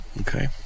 Okay